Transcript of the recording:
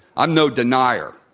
i'm no denier.